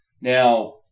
Now